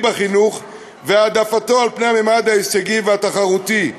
בחינוך והעדפתו על פני הממד ההישגי והתחרותי,